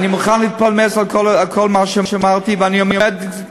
אני מוכן להתפלמס על כל מה שאמרתי, ואני עומד,